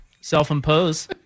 self-impose